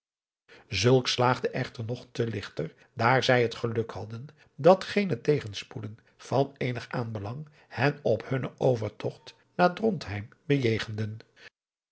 zulks slaagde echter nog te ligter daar zij het geluk hadden dat geene tegenspoeden van eenig aanbelang hen op hunnen overtogt naar drontheim bejegenden